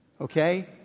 okay